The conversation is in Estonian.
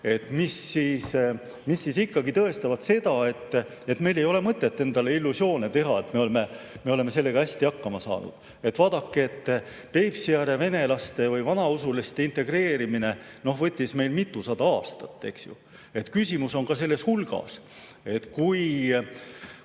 mis ikkagi tõestavad seda, et meil ei ole mõtet endale illusioone teha, et me oleme sellega hästi hakkama saanud. Vaadake, Peipsi-äärsete venelaste, sealsete vanausuliste integreerimine võttis meil mitusada aastat, eks ju. Ja küsimus on ka selles hulgas. Kui